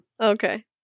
Okay